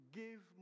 give